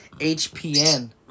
H-P-N